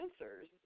answers